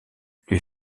lui